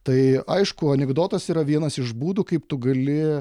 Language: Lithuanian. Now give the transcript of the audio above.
tai aišku anekdotas yra vienas iš būdų kaip tu gali